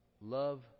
Love